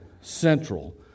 central